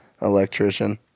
electrician